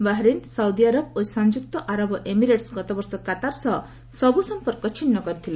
Bahrain ସାଉଦିଆରବ ଓ ସଂଯୁକ୍ତ ଆରବ ଏମିରେଟ୍ୱ ଗତବର୍ଷ କତାର ସହ ସବୁ ସମ୍ପର୍କ ଛିନ୍ନ କରିଥିଲେ